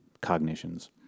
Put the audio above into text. cognitions